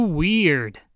weird